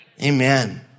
Amen